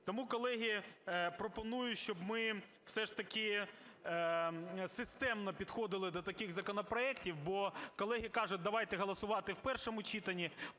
Тому, колеги, пропоную, щоб ми все ж таки системно підходили до таких законопроектів. Бо колеги кажуть: давайте голосувати в першому читанні,